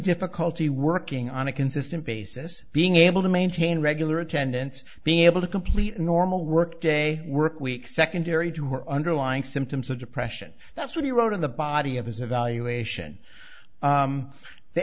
difficulty working on a consistent basis being able to maintain regular attendance being able to complete a normal work day work week secondary to her underlying symptoms of depression that's what he wrote in the body of